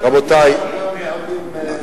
רבנים,